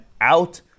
out